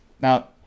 Now